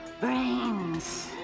brains